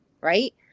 right